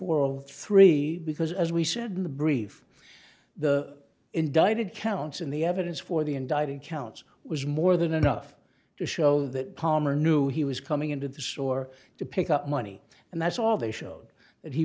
of three because as we said in the brief the indicted counts in the evidence for the indicting counts was more than enough to show that palmer knew he was coming into the store to pick up money and that's all they showed that he